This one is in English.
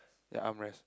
ya arm rest